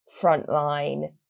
frontline